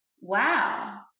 wow